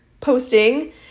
posting